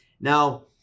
Now